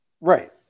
Right